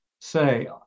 say